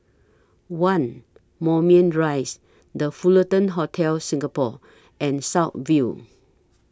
one Moulmein Rise The Fullerton Hotel Singapore and South View